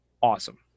awesome